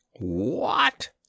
What